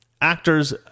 Actors